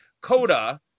Coda